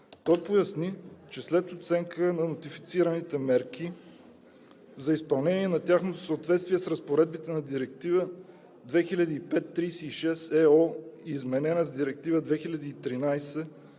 Той поясни, че след оценка на нотифицираните мерки за изпълнение и на тяхното съответствие с разпоредбите на Директива 2005/36/ЕО, изменена с Директива 2013/55/ЕС